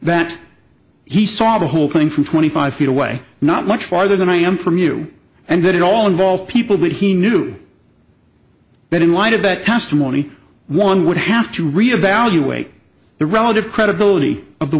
that he saw the whole thing from twenty five feet away not much farther than i am from you and that it all involved people that he knew that in light of that testimony one would have to re evaluate the relative credibility of the